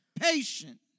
patient